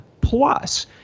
Plus